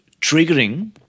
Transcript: triggering